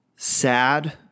sad